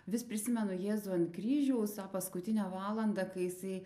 vis prisimenu jėzų ant kryžiaus tą paskutinę valandą kai jisai